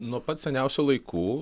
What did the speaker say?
nuo pat seniausių laikų